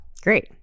Great